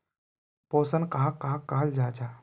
पोषण कहाक कहाल जाहा जाहा?